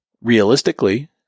realistically